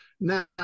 now